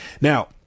Now